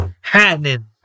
happening